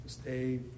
Stay